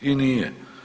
I nije.